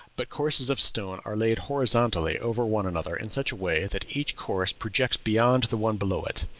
but courses of stone are laid horizontally over one another in such a way that each course projects beyond the one below it,